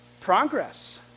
progress